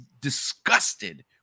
disgusted